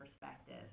perspective